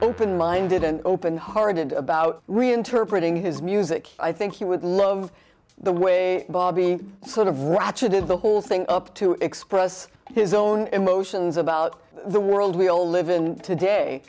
open minded and open hearted about reinterpreting his music i think he would love the way bobby sort of ratcheted the whole thing up to express his own emotions about the world we all live in today